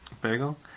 Bagel